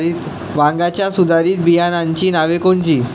वांग्याच्या सुधारित बियाणांची नावे कोनची?